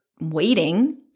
waiting